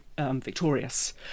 victorious